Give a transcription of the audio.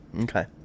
Okay